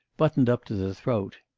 buttoned up to the throat.